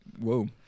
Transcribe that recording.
whoa